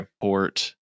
Port